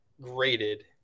graded